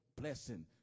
blessing